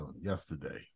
yesterday